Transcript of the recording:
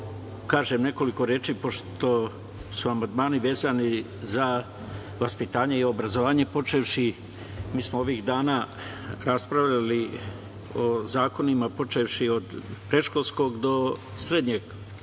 kažem nekoliko reči, pošto su amandmani vezani za vaspitanje i obrazovanje. Mi smo ovih dana raspravljali o zakonima počevši od predškolskog do srednjeg